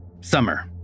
Summer